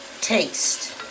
taste